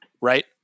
right